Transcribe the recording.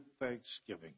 thanksgiving